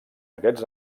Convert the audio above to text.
aquests